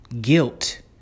guilt